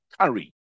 Curry